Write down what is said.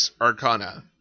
Arcana